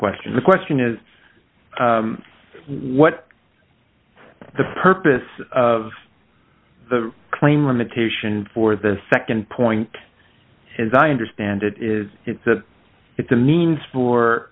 question the question is what the purpose of the claim limitation for the nd point as i understand it is it's a it's a means